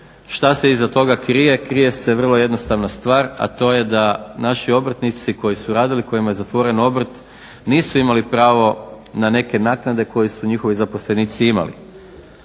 Šta se iza toga krije, krije se vrlo jednostavna stvar a to je da naši obrtnici koji su radili, kojima je zatvoren obrt nisu imali pravo na neke naknade koje su njihovi zaposlenici imali.